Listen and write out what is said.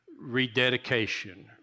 rededication